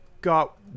got